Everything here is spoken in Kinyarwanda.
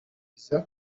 biza